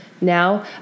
now